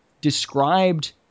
described